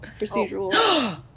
Procedural